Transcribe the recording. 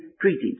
treated